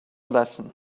lesson